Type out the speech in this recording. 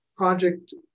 project